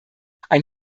ein